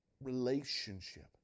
relationship